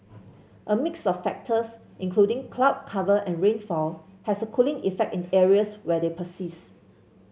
a mix of factors including cloud cover and rainfall has a cooling effect in areas where they persist